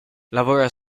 lavora